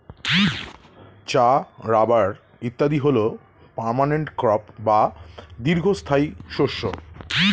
চা, রাবার ইত্যাদি হল পার্মানেন্ট ক্রপ বা দীর্ঘস্থায়ী শস্য